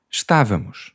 Estávamos